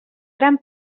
gran